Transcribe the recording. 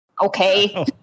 Okay